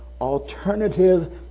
alternative